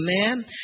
amen